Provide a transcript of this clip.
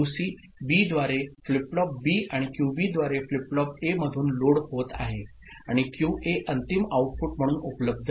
QC बीद्वारे flip flop B आणि Q B द्वारे फ्लिप फ्लॉप ए मधून लोड होत आहे आणि क्यूए अंतिम आउटपुट म्हणून उपलब्ध आहे